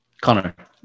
Connor